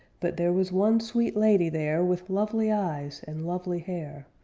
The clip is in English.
but there was one sweet lady there, with lovely eyes and lovely hair,